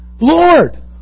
Lord